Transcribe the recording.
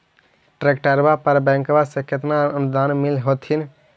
ट्रैक्टरबा पर बैंकबा से कितना अनुदन्मा मिल होत्थिन?